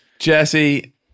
Jesse